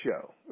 show